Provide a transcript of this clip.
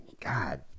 God